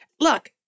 Look